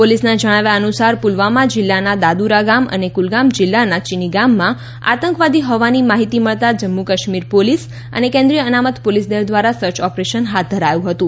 પોલીસના જણાવ્યા અનુસાર પુલવામા જિલ્લાના દાદૂરા ગામ અને કુલગામ જિલ્લાના ચીનીગામમાં આતંકવાદી હોવાની માહિતી મળતા જમ્મુ કાશ્મીર પોલીસ અને કેન્દ્રિય અનામત પોલીસદળ દ્વારા સર્ચ ઓપરેશન હાથ ધરાયું હતું